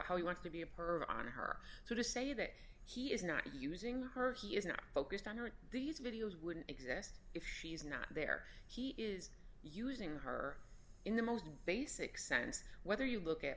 how he wants to be a perv on her so to say that he is not using her he is not focused on her in these videos wouldn't exist if she's not there he is using her in the most basic sense whether you look at